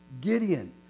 Gideon